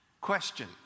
Question